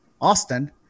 Austin